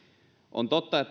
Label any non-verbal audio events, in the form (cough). on totta (unintelligible)